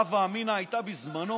ההווה אמינא הייתה בזמנו,